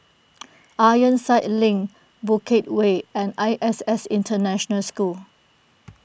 Ironside Link Bukit Way and I S S International School